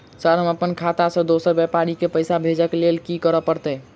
Sir हम अप्पन खाता सऽ दोसर व्यापारी केँ पैसा भेजक लेल की करऽ पड़तै?